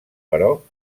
però